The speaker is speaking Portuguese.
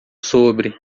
sobre